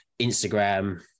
Instagram